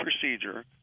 procedure